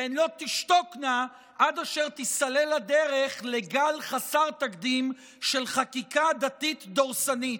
והן לא תשתוקנה עד אשר תיסלל הדרך לגל חסר תקדים של חקיקה דתית דורסנית,